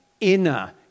inner